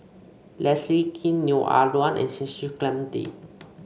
Leslie Kee Neo Ah Luan and Cecil Clementi